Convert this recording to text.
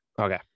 Okay